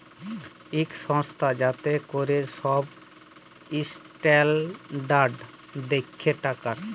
ইক সংস্থা যাতে ক্যরে ছব ইসট্যালডাড় দ্যাখে টাকার